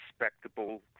respectable